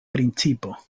principo